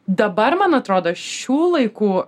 dabar man atrodo šių laikų